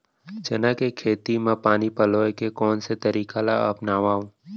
चना के खेती म पानी पलोय के कोन से तरीका ला अपनावव?